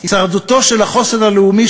הישרדותו של החוסן הלאומי,